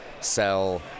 sell